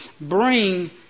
bring